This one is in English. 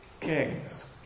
kings